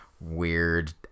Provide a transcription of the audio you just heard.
weird